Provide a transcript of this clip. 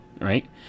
Right